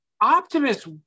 optimists